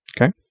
Okay